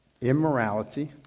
immorality